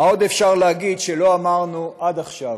מה עוד אפשר להגיד שלא אמרנו עד עכשיו?